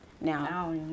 now